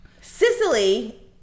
Sicily